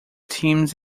teams